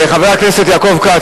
חבר הכנסת יעקב כץ,